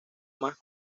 más